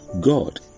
God